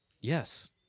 Yes